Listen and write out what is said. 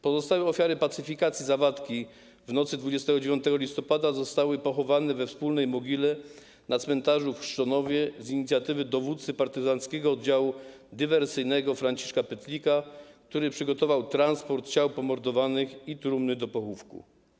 Pozostałe ofiary pacyfikacji Zawadki w nocy 29 listopada zostały pochowane we wspólnej mogile na cmentarzu w Krzczonowie z inicjatywy dowódcy partyzanckiego oddziału dywersyjnego Franciszka Pytlika, który przygotował transport ciał pomordowanych i trumny do pochówku.